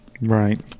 Right